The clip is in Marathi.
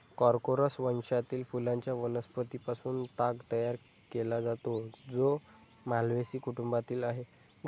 कॉर्कोरस वंशातील फुलांच्या वनस्पतीं पासून ताग तयार केला जातो, जो माल्व्हेसी कुटुंबातील आहे